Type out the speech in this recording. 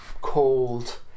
called